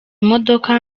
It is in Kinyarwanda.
modoka